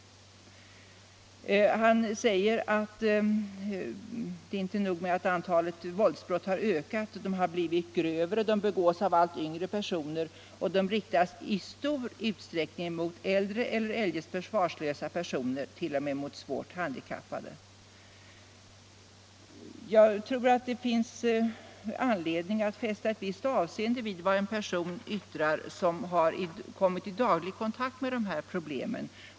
Vidare säger han att det är inte nog med att antalet våldsbrott har ökat —- de har också blivit grövre, de begås av allt yngre personer och de riktas i stor utsträckning mot äldre eller eljest försvarslösa personer, t.o.m. mot svårt handikappade. Jag tror det finns anledning att fästa ett visst avseende vid uttalanden som görs och slutsatser som dras av en person som har kommit i daglig kontakt med dessa problem.